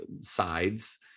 sides